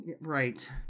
Right